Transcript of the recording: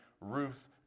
Ruth